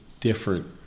different